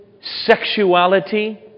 sexuality